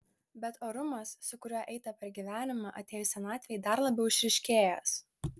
bet orumas su kuriuo eita per gyvenimą atėjus senatvei dar labiau išryškėjęs